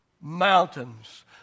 mountains